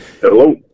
Hello